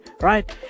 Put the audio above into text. Right